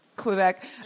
Quebec